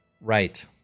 Right